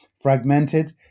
fragmented